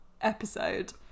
episode